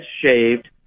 shaved